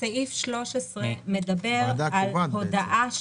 סעיף 13 מדבר על הודעה.